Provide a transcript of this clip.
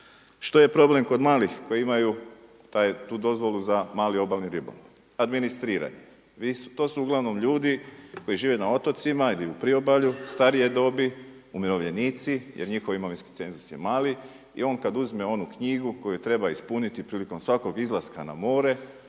Što je problem kod malih koji imaju tu dozvolu za mali obalni ribolov? Administriranje. To su uglavnom ljudi koji žive na otocima ili u priobalju starije dobi, umirovljenici jer njihov imovinski cenzus je mali i on kada uzme onu knjigu koju treba ispuniti prilikom svakog izlaska na more